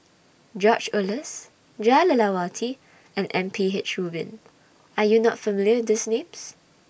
George Oehlers Jah Lelawati and M P H Rubin Are YOU not familiar with These Names